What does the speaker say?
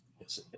Yes